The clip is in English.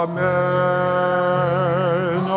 Amen